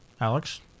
Alex